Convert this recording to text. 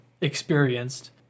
experienced